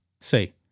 say